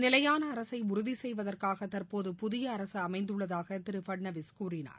நிலையான அரசை உறுதிசெய்வதற்காக தற்போது புதிய அரசு அமைந்துள்ளதாக திரு பட்னாவிஸ் கூறினார்